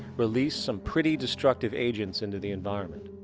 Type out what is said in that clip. release some pretty destructive agents into the environment.